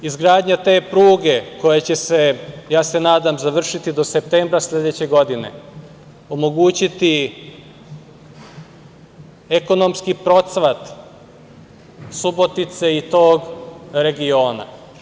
Izgradnja te pruge koja će se, ja se nadam, završiti do septembra sledeće godine, omogućiće ekonomski procvat Subotice i tog regiona.